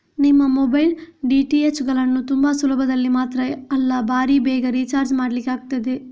ನಿಮ್ಮ mobile, DTH ಗಳನ್ನ ತುಂಬಾ ಸುಲಭದಲ್ಲಿ ಮಾತ್ರ ಅಲ್ಲ ಭಾರೀ ಬೇಗ ರಿಚಾರ್ಜ್ ಮಾಡ್ಲಿಕ್ಕೆ ಆಗ್ತದೆ